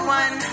one